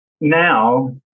now